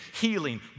healing